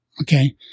Okay